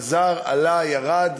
חזר, עלה, ירד.